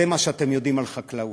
זה מה שאתם יודעים על חקלאות,